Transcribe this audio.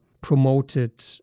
promoted